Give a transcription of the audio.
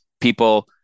people